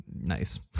nice